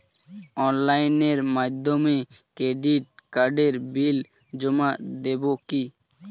অনলাইনের মাধ্যমে ক্রেডিট কার্ডের বিল জমা দেবো কি?